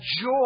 joy